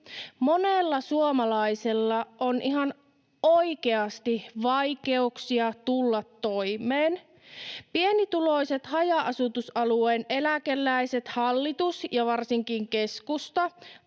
Monella suomalaisella on ihan oikeasti vaikeuksia tulla toimeen. Pienituloiset haja-asutusalueen eläkeläiset hallitus ja varsinkin keskusta